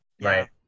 Right